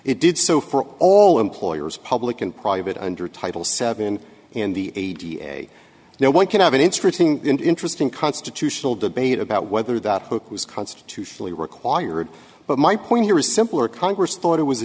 it did so for all employers public and private under title seven in the no one can have an interesting interesting constitutional debate about whether that book was constitutionally required but my point here is simpler congress thought it was